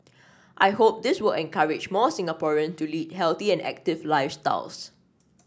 I hope this will encourage more Singaporean to lead healthy and active lifestyles